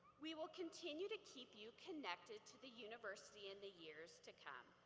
we will continue to keep you connected to the university in the years to come.